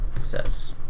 says